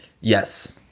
Yes